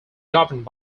governed